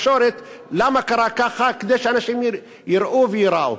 בתקשורת, למה זה קרה ככה, כדי שאנשים יראו וייראו.